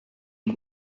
une